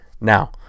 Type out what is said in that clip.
now